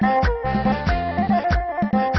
no but